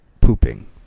pooping